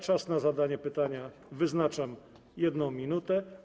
Czas na zadanie pytania wyznaczam na 1 minutę.